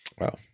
Wow